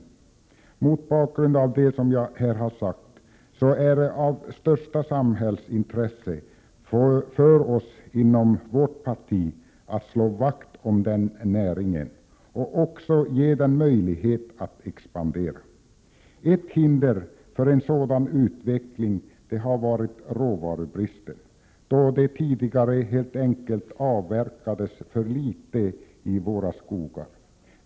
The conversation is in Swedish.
Mot bakgrund av vad jag här har sagt är det av största samhällsintresse för oss inom det socialdemokratiska partiet att slå vakt om den näringen och också ge den möjlighet att expandera. Ett hinder för en sådan utveckling har varit råvarubristen, då det tidigare helt enkelt avverkades för litet i våra skogar.